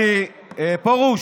פרוש,